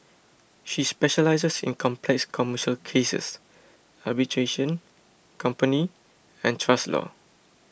she specialises in complex commercial cases arbitration company and trust law